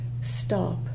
stop